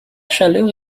chaleur